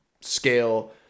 scale